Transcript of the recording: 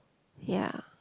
ya